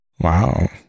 Wow